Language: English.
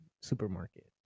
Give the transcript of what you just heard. supermarket